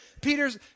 Peter's